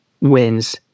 wins